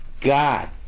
God